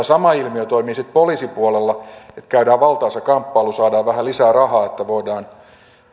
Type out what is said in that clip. sama ilmiö toimii sitten poliisipuolella että käydään valtaisa kamppailu saadaan vähän lisää rahaa että voidaan